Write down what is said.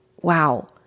wow